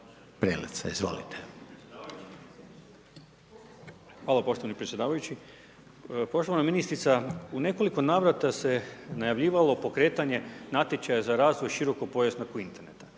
Hvala poštovani predsjedavajući. Poštovana ministrica u nekoliko navrata se najavljivalo pokretanje natječaja za razvoj širokopojasnog interneta.